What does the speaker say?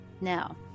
Now